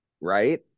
Right